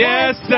Yes